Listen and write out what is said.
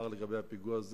מעבר לסידורי הביטחון,